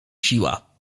siła